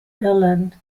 irland